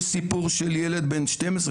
יש סיפור של ילד בין 12,